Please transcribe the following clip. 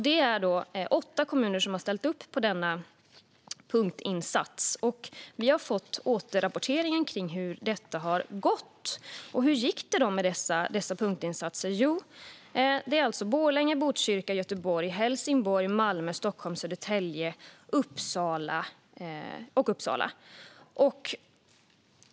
Det är åtta kommuner som har ställt upp på denna punktinsats. Vi har fått en återrapportering om hur dessa punktinsatser har gått. Det är alltså Borlänge, Botkyrka, Göteborg, Helsingborg, Malmö, Stockholm, Södertälje och Uppsala som har genomfört detta.